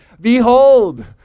Behold